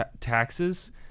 taxes